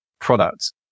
products